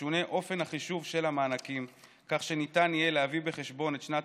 ישונה אופן החישוב של המענקים כך שניתן יהיה להביא בחשבון את שנת